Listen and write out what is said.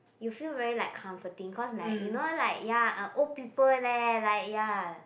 you feel very like comforting cause like you know like ya uh old people leh like ya